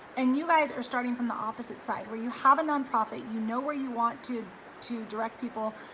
and you guys are starting from the opposite side where you have a nonprofit, you know, where you want to to direct people,